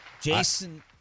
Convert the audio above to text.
Jason